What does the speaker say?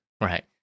Right